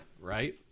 Right